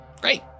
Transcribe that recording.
Great